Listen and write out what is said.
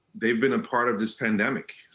they've been a part of this pandemic,